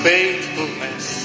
Faithfulness